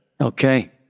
Okay